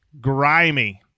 grimy